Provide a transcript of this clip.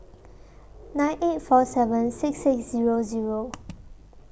nine eight four seven six six Zero Zero